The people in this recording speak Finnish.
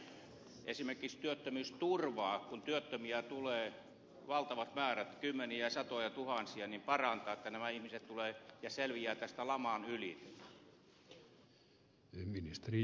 aiotteko nyt esimerkiksi työttömyysturvaa kun työttömiä tulee valtavat määrät kymmeniä satojatuhansia parantaa että nämä ihmiset tulevat selviämään tämän laman yli